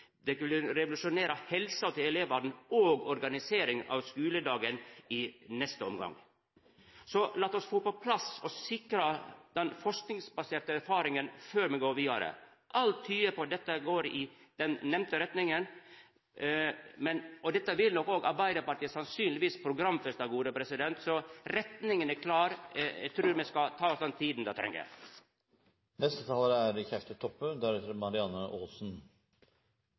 helsa til elevane og i neste omgang organiseringa av skuledagen. Lat oss få på plass og sikra den forskingsbaserte erfaringa før me går vidare. Alt tyder på at dette går i den nemnde retninga. Arbeidarpartiet vil òg sannsynlegvis programfesta dette, så retninga er klar. Eg trur me skal ta oss den tida me treng. Helse er viktig for alle menneske, men føresetnadene for å oppnå god helse er